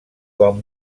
com